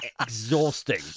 exhausting